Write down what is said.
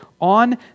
on